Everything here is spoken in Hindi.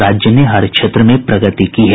राज्य ने हर क्षेत्र में प्रगति की है